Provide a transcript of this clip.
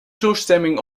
toestemming